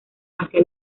hacia